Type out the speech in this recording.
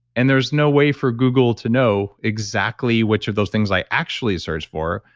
and there's no way for google to know exactly which of those things i actually searched for.